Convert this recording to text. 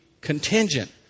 contingent